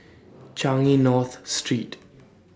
Changi North Street